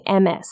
MS